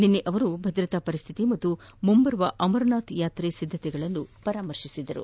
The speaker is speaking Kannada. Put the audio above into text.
ನಿನ್ನೆ ಅವರು ಭದ್ರತಾ ಪರಿಸ್ಟಿತಿಯನ್ನು ಹಾಗೂ ಮುಂಬರುವ ಅಮರನಾಥ್ ಯಾತ್ರೆಗಳ ಸಿದ್ದತೆಗಳನ್ನು ಅವರೋಕಿಸಿದರು